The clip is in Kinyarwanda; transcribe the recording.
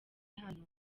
hano